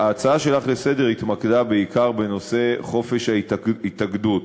ההצעה שלך לסדר-היום התמקדה בעיקר בנושא חופש ההתאגדות,